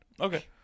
Okay